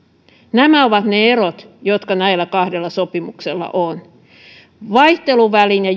nämä ovat ne erot jotka näillä kahdella sopimuksella on vaihteluvälin ja